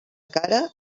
cara